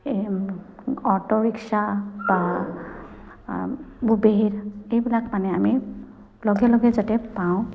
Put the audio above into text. এই অ'টোৰিক্সা বা উবেৰ এইবিলাক মানে আমি লগে লগে যাতে পাওঁ